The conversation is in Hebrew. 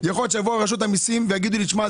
יכול להיות שתבוא רשות המיסים ויגידו לי: תשמע,